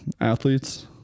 athletes